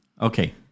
Okay